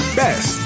best